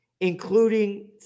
including